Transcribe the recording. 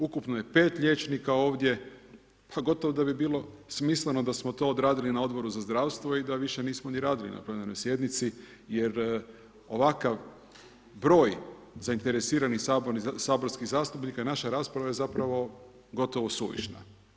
Ukupno je 5 liječnika ovdje, pa gotovo da bi bilo smisleno da smo to odradili na Odboru za zdravstvo i da više nismo ni radili na plenarnoj sjednici jer ovakav broj zainteresiranih saborskih zastupnika i naša rasprava je zapravo gotovo suvišna.